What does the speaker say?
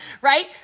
right